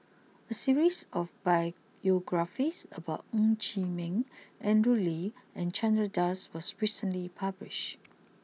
A series of biographies about Ng Chee Meng Andrew Lee and Chandra Das was recently published